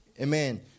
Amen